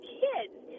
kids